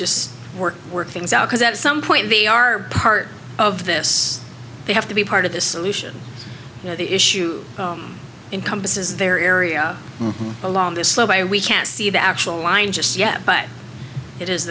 just work work things out because at some point they are part of this they have to be part of the solution you know the issue encompasses their area along this slow way we can't see the actual line just yet but it is